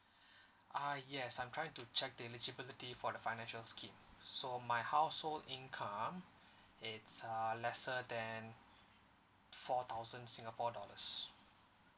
uh yes I'm trying to check the eligibility for the financial scheme so my household income it's uh lesser than four thousand singapore dollars